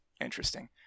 interesting